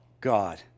God